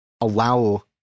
allow